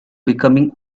becoming